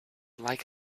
like